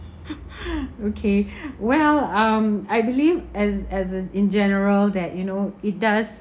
okay well um I believe as as a in general that you know it does